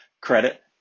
credit